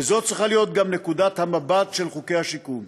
וזו צריכה להיות גם נקודת המבט של חוקי השיקום.